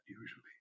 usually